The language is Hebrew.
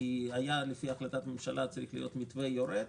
כי לפי החלטת הממשלה היה צריך להיות מתווה יורד.